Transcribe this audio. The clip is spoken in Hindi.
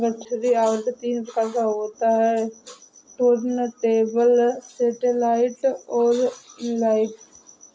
गठरी आवरण तीन प्रकार का होता है टुर्नटेबल, सैटेलाइट और इन लाइन